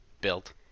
built